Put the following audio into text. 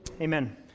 Amen